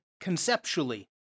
conceptually